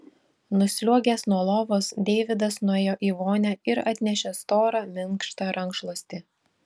nusliuogęs nuo lovos deividas nuėjo į vonią ir atnešė storą minkštą rankšluostį